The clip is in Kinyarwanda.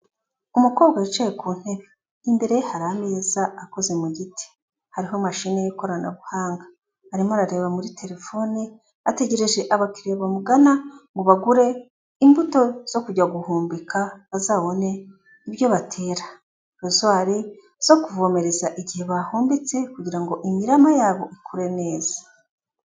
Umukobwa wicaye ku ntebe, imbereye hari ameza akoze mu giti, hariho mashini y'ikoranabuhanga, arimo arareba muri telefone, ategereje abakiriya bamugana ngo bagure imbuto zo kujya guhombeka, bazabone ibyo batera, rozwari zo kuvomereza igihe bahombetse kugira ngo imirama yabo ikure neza.